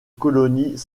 colonies